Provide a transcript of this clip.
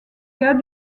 cas